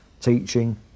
teaching